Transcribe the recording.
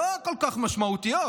לא כל כך משמעותיות,